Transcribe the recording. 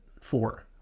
Four